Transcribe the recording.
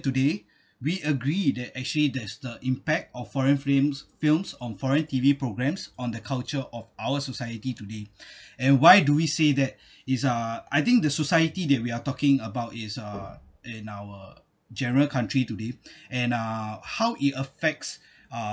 today we agree that actually there's the impact of foreign films films on foreign T_V programs on the culture of our society today and why do we say that is uh I think the society that we are talking about is uh in our general country today and uh how it affects uh